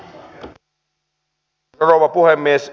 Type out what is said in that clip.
arvoisa rouva puhemies